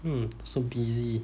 mm so busy